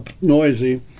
noisy